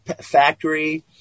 factory